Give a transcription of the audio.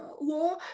law